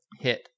hit